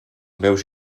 meus